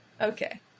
Okay